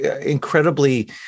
incredibly